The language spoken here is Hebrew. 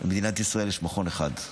ובמדינת ישראל יש מכון אחד.